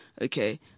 okay